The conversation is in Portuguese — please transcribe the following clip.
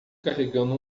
carregando